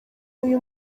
uyu